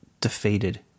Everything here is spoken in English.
defeated